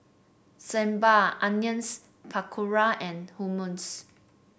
Sambar Onions Pakora and Hummus